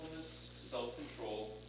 self-control